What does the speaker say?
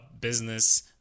business